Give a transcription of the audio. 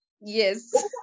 Yes